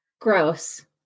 gross